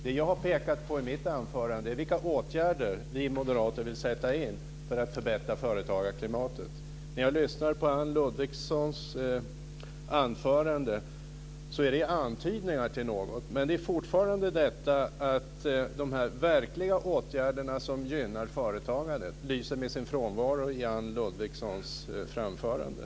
Det som jag har pekat på i mitt anförande är vilka åtgärder vi moderater vill sätta in för att förbättra företagarklimatet. När jag lyssnar på Anne Ludvigssons anförande uppfattar jag att det innehåller antydningar till något, men de verkliga åtgärderna som gynnar företagare lyser fortfarande med sin frånvaro i Anne Ludvigssons anförande.